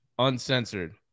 Uncensored